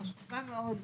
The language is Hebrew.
חשובה מאוד,